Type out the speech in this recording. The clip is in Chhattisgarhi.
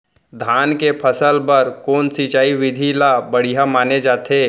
धान के फसल बर कोन सिंचाई विधि ला बढ़िया माने जाथे?